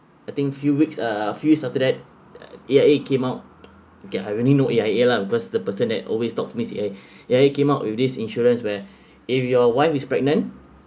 I think few weeks uh few weeks after A_I_A came out kay I only know A_I_A lah because the person that always talked to me say eh ya he came up with this insurance where if your wife is pregnant